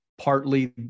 partly